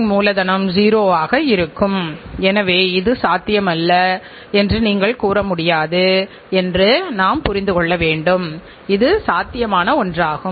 உள் தோல்வி செலவுகள் என்பது குறைபாடுள்ள கூறுகள் மற்றும் இறுதி தயாரிப்புகள் மற்றும் சேவைகளின் செலவு ஆகும்